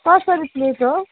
कसरी प्लेट हो